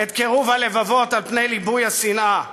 את קירוב הלבבות על פני ליבוי השנאה.